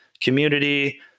community